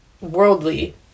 worldly